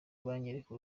banyereka